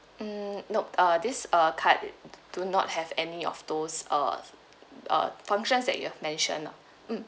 mm no uh this uh card do not have any of those uh uh functions that you have mention ah mm